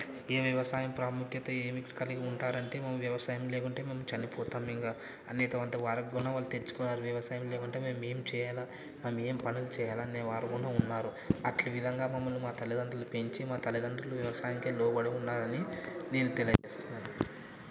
ఈ వ్యవసాయం ప్రాముఖ్యత ఏమి కలిగి ఉంటారంటే మేము వ్యవసాయం లేకుంటే మేం చనిపోతాం ఇక వారికి కూడా వాళ్ళు తెచ్చుకున్నారు వ్యవసాయం లేకుంటే మేం ఏమి చేయాలా మేం ఏం పనులు చేయాలా అనేవారు కూడా ఉన్నారు అట్లే విధంగా మమ్మల్ని మా తల్లిదండ్రులు పెంచి మా తల్లిదండ్రులు వ్యవసాయంకి లోబడి ఉన్నారని నేను తెలియజేస్తున్నాను